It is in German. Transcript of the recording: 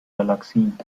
galaxien